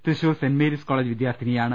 Thrissur Saint Mary's College വിദ്യാർത്ഥിനിയാണ്